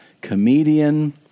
comedian